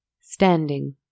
standing